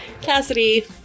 cassidy